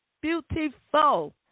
beautiful